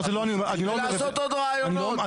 לעשות עוד רעיונות,